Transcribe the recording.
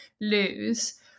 lose